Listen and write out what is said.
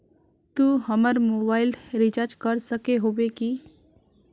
तू हमर mobile recharge कर सके होबे की?